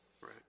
Right